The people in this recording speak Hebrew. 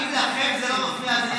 איך הם אישרו את השחיתות הזאת,